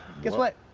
guess what?